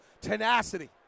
tenacity